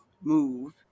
move